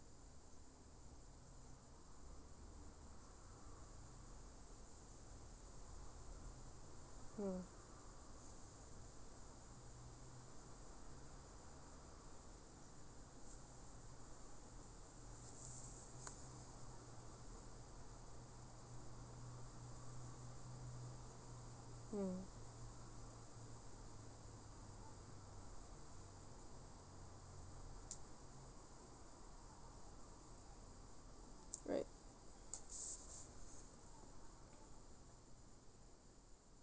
mm mm right